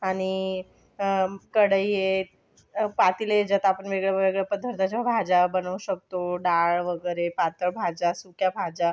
आणि कढई आहे पातेले ज्यात आपण वेगळ्या वेगळ्या पदार्थांच्या भाज्या बनवू शकतो डाळ वगैरे पातळ भाज्या सुक्या भाज्या